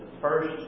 first